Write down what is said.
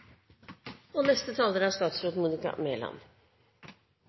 løp. Neste taler er